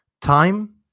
time